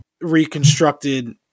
reconstructed